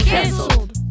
Cancelled